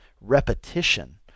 repetition